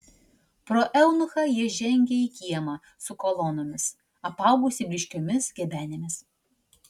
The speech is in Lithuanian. pro eunuchą jie žengė į kiemą su kolonomis apaugusį blyškiomis gebenėmis